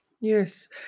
Yes